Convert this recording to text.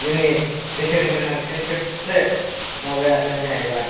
जोंनि बेसेनगोनांसिन सबसे माबायानो जाहैबाय